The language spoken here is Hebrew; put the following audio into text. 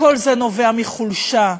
וכל זה נובע מחולשה,